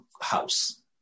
house